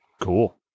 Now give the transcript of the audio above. Cool